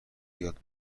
یاد